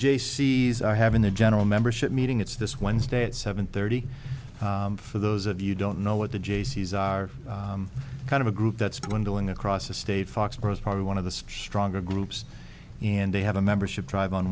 c s are having the general membership meeting it's this wednesday at seven thirty for those of you don't know what the jaycees are kind of a group that's going doing across the state foxboro as probably one of the stronger groups and they have a membership drive on